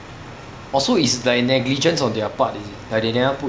oh so it's like negligence on their part is it like they never put